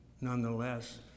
nonetheless